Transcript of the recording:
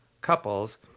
couples